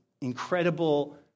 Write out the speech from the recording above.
incredible